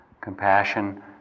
compassion